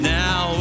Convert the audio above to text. now